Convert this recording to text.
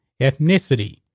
ethnicity